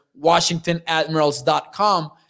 WashingtonAdmirals.com